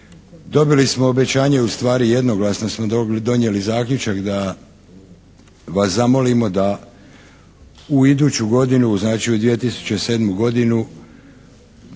Dobili smo obećanje, ustvari jednoglasno smo donijeli zaključak da vas zamolimo da u iduću godinu, znači u 2007. godinu